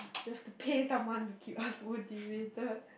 just to pay someone to keep us motivated